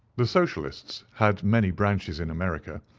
the socialists had many branches in america,